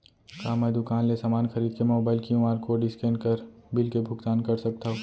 का मैं दुकान ले समान खरीद के मोबाइल क्यू.आर कोड स्कैन कर बिल के भुगतान कर सकथव?